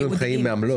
אם הם חיים מעמלות,